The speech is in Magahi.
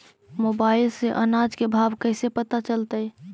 मोबाईल से अनाज के भाव कैसे पता चलतै?